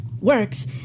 works